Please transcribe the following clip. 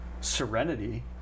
serenity